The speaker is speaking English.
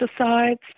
pesticides